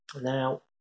Now